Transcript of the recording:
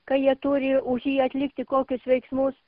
kai jie turi už jį atlikti kokius veiksmus